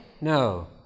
No